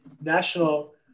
national